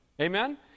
Amen